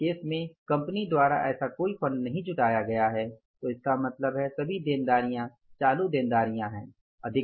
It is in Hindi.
इस केस में कंपनी द्वारा ऐसा कोई फंड नहीं जुटाया गया है तो इसका मतलब है कि सभी देनदारियां चालू देनदारियां हैं